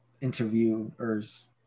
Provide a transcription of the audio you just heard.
interviewers